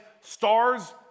stars